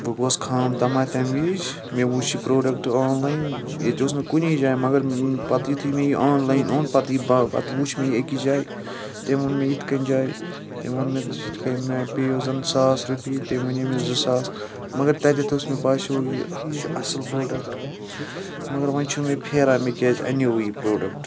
بہٕ گوٚوُس خام تمہ تمہِ وِز مےٚ وُچھ یہِ پروڈَکٹ آنلایِن ییٚتہِ اوس نہٕ کُنے جایہِ مگر پَتہٕ یُتُھے مےٚ یہِ آنلایِن اوٚن پَتہٕ یہِ با پَتہٕ وُچھ مےٚ یہِ أکس جایہِ تٔمۍ وون مےٚ یِتھ کنۍ جایہِ تٔمۍ وون مےٚ ژےٚ چھۍ یِتھ کنۍ مےٚ پیٚیو زَن ساس رۄپیہِ تٔمۍ وَنیو مےٚ زٕ ساس مگر تَتؠتھ اوس مےٚ باسِیٚو یہِ چھُ اَصٕل پروڈَکٹ مگر وۄنۍ چھُ مےٚ پھیران مےٚ کِیٛازِ اَنِیُوُے یہِ پَرُوڈَکٹ